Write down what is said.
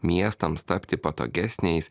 miestams tapti patogesniais